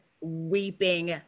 weeping